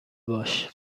باش